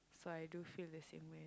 so I do feel the same way